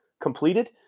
completed